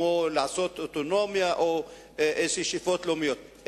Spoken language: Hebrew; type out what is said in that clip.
כמו לעשות אוטונומיה או לענות על שאיפות לאומיות,